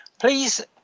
please